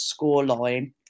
scoreline